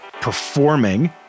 performing